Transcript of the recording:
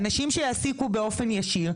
אנשים שיעסיקו באופן ישיר,